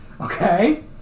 Okay